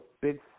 big